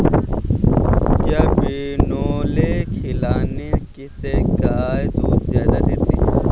क्या बिनोले खिलाने से गाय दूध ज्यादा देती है?